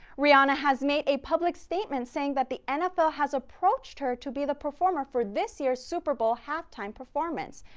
rihanna has made a public statement, saying that the nfl has approached her to be the performer for this year's super bowl halftime performance.